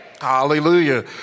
Hallelujah